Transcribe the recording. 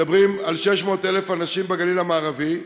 מדברים על 600,000 אנשים בגליל המערבי,